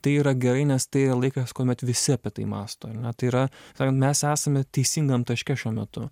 tai yra gerai nes tai laikas kuomet visi apie tai mąsto ar ne tai yra sakant mes esame teisingam taške šiuo metu